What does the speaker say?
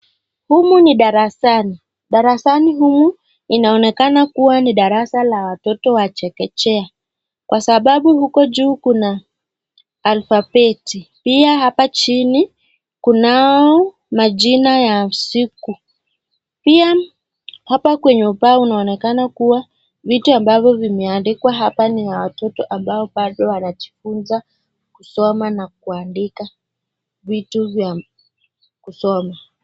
Humu ni darasani, darasani humu inaonekana kuwa ni darasa la watoto wa chekechea ,kwa sababu huku juu kuna alfabeti ,pia hapa chini kunao majina ya siku, pia hapa kwenye ubao unaonekana kuwa vitu ambavyo vimeandikwa hapa ni ya watoto ambao bado wanajifunza kusoma na kuandika vitu vya kusoma.